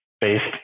based